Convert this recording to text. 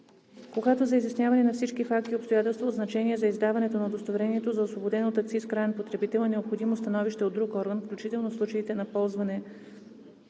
Когато за изясняване на всички факти и обстоятелства от значение за издаването на удостоверението за освободен от акциз краен потребител е необходимо становище от друг орган, включително в случаите на получаване